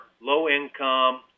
low-income